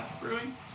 brewing